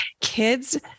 kids